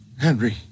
Henry